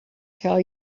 tell